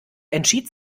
entschied